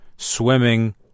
swimming